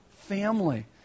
family